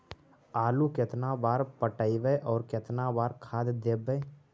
आलू केतना बार पटइबै और केतना बार खाद देबै?